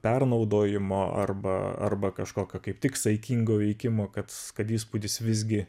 pernaudojimo arba arba kažkokio kaip tik saikingo veikimo kad kad įspūdis visgi